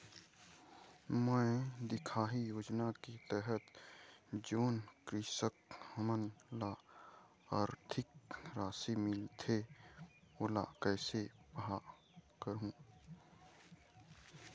मैं दिखाही योजना के तहत जोन कृषक हमन ला आरथिक राशि मिलथे ओला कैसे पाहां करूं?